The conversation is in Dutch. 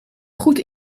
goed